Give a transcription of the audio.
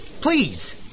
Please